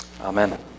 Amen